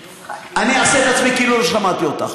אני אעשה את עצמי כאילו לא שמעתי אותך.